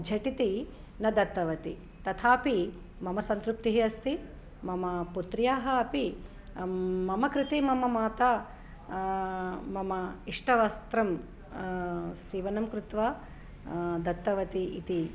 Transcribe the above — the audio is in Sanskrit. झटिति न दत्तवति तथापि मम संतृप्तिः अस्ति मम पुत्र्याः अपि मम कृते मम माता मम इष्टं वस्त्रं सीवनं कृत्वा दत्तवती इति